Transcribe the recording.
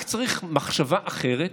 רק צריך מחשבה אחרת